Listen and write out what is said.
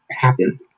happen